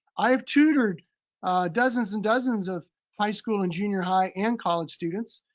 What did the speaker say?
i have tutored dozens and dozens of high school and junior high and college students.